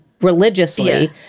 religiously